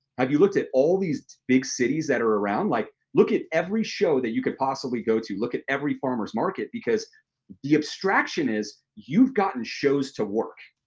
have you looked at all these big cities that are around? like look at every show that you could possibly go to. look at every farmers' market. because the abstraction is you've gotten shows to work,